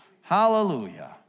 Hallelujah